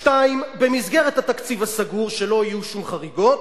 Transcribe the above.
השני, במסגרת התקציב הסגור, שלא יהיו שום חריגות,